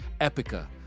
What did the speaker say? Epica